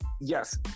Yes